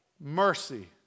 mercy